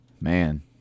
Man